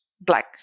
Black